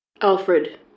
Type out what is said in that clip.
Alfred